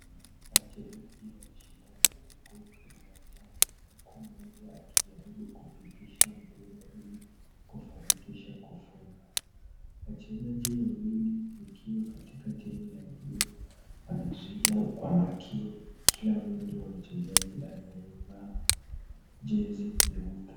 Wachezaji wameshindana kwa mguu huko uwanjani huku mmoja akijaribu kupitisha mpira ili kufanikisha kufunga. Wachezaji wawili wakiwa katika timu ya buluu wanazuia kwa makini kila mwendo wa mchezaji anayevaa jezi nyeupe.